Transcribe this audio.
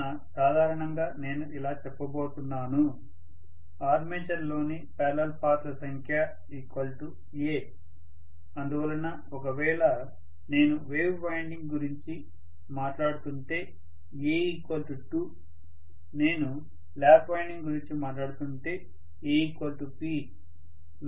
కావున సాధారణంగా నేను ఇలా చెప్పబోతున్నాను ఆర్మేచర్లోని పారలల్ పాత్ ల సంఖ్య a అందువలన ఒకవేళ నేను వేవ్ వైండింగ్ గురించి మాట్లాడుతుంటే a 2 నేను ల్యాప్ వైండింగ్ గురించి మాట్లాడుతుంటే a P